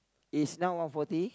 is now one forty